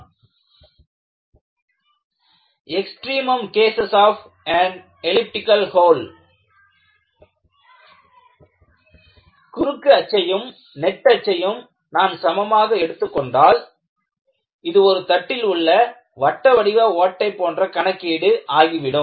Extremum cases of an elliptical hole extremum cases of an elliptical hole குறுக்கு அச்சையும் நெட்டச்சையும் நான் சமமாக எடுத்துக்கொண்டால் இது ஒரு தட்டில் உள்ள வட்ட வடிவ ஓட்டை போன்ற கணக்கீடு ஆகிவிடும்